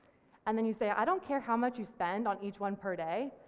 and then you say i don't care how much you spend on each one per day,